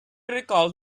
recalled